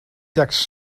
tekst